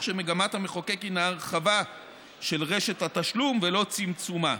שמגמת המחוקק היא הרחבה של רשת התשלום ולא צמצומה,